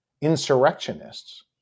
insurrectionists